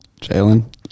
Jalen